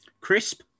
Crisp